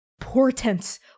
portents